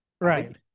Right